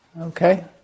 okay